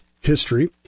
history